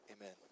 amen